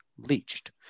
leached